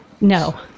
No